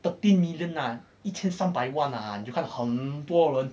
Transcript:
thirteen million ah 一千三百万啊你就看很多人